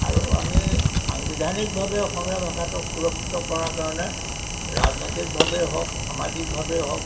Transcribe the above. আৰু আমি সাংবিধানিকভাৱে অসমীয়া ভাষাটোক সুৰক্ষিত কৰাৰ কাৰণে ৰাজনৈতিকভাৱেই হওক সামাজিকভাৱেই হওক